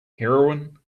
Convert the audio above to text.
heroine